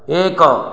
ଏକ